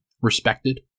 respected